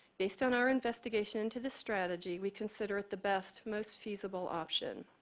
based on our investigation to the strategy, we consider it the best most feasible option.